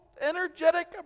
energetic